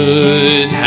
Good